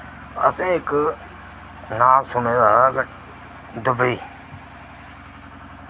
असैं इक नां सुने दा दुबई